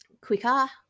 quicker